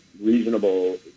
reasonable